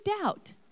doubt